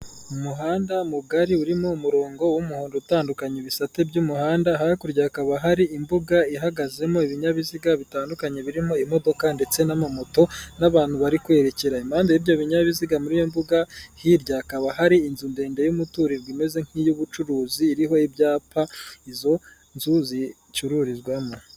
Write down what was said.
Umuhanda mugari urimo umurongo w'umuhondo utandukanya ibisate by'umuhanda, hakurya hakaba hari imbuga ihagazemo ibinyabiziga bitandukanye birimo imodoka ndetse n'amamoto, n'abantu bari kwerekera. Impande y'ibyo binyabiziga muri iyo mbuga hirya, hakaba hari inzu ndende y'umuturirwa imeze nk'iy'ubucuruzi, iriho ibyapa izo nzu zicururizwamo.